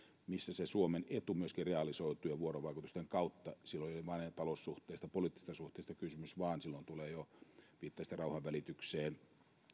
missä se suomen etu myöskin realisoituu vuorovaikutusten kautta silloin ei ole maiden taloussuhteista poliittisista suhteista kysymys vaan silloin viittasitte jo rauhanvälitykseen